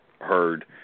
heard